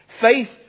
Faith